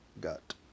got